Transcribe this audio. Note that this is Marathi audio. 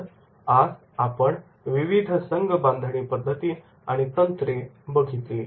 तर आज आपण विविध संघबांधणी पद्धती आणि तंत्र बघितले